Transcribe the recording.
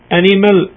animal